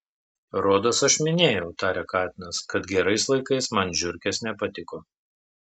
rodos aš minėjau tarė katinas kad gerais laikais man žiurkės nepatiko